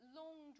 long